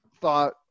thought